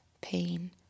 pain